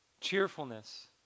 cheerfulness